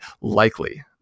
likely